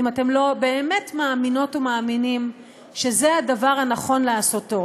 אתם לא באמת מאמינות ומאמינים שזה הדבר הנכון לעשותו,